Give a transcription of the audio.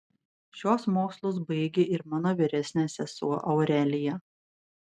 šiuos mokslus baigė ir mano vyresnė sesuo aurelija